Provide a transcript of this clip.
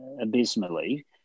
abysmally